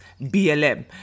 BLM